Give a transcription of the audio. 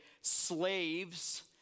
slaves